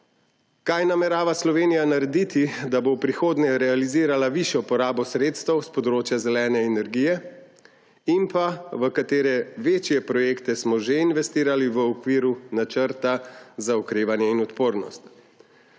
Kaj namerava Slovenija narediti, da bo v prihodnje realizirala višjo porabo sredstev s področja zelene energije? V katere večje projekte smo že investirali v okviru Načrta za okrevanje in odpornost?